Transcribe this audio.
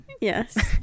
Yes